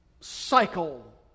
cycle